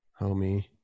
homie